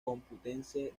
complutense